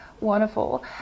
Wonderful